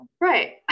right